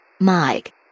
Mike